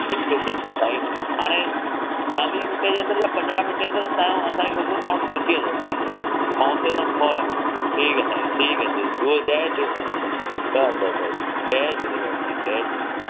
बिल्कुलु बिल्कुलु साईं हाणे चालीहे मिंटे जे अंदरि या पंजाह मिंटे जे अंदरि असांजो छोकिरो तव्हां वटि पहुंची वेंदव साईं फ़ोन ते तव्हां ठीकु आहे साईं ठीकु आहे जय झूले ब बसि बसि जय झूलेलाल साईं जय झूलेलाल